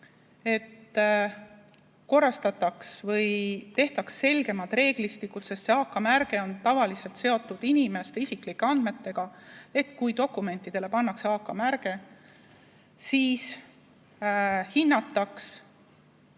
korrastataks ja tehtaks selgemad reeglistikud, sest see AK-märge on tavaliselt seotud inimeste isiklike andmetega. [Eesmärk on, et] kui dokumentidele pannakse AK-märge, siis hinnatakse,